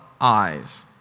eyes